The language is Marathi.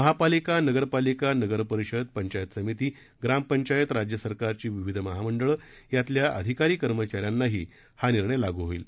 महापालिका नगरपालिका नगर परिषद पंचायत समिती ग्रामपंचायत राज्य सरकारची विविध महामंडळं यातल्या अधिकारी कर्मचाऱ्यांनाही हा निर्णय लागू होईल